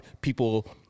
people –